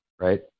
right